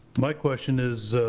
my question is,